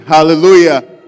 Hallelujah